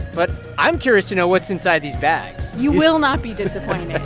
but i'm curious to know what's inside these bags you will not be disappointed